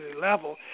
level